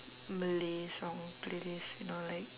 malay song playlist you know like